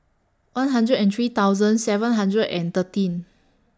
one hundred and three thousand seven hundred and thirteen